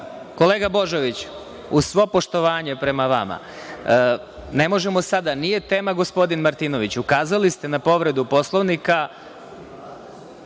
Kolega Božoviću, uz svo poštovanje prema vama, ne možemo sada, nije tema gospodin Martinović. Ukazali ste na povredu Poslovnika